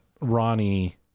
ronnie